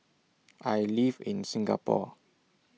I live in Singapore